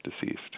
deceased